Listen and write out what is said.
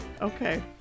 okay